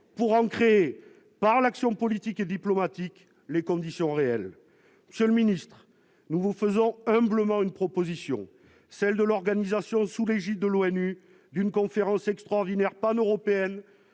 pour en créer par l'action politique et diplomatique, les conditions réelles seul ministre nous vous faisons humblement une proposition : celle de l'organisation sous l'égide de l'ONU d'une conférence extraordinaire paneuropéenne